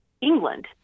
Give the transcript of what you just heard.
England